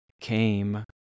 came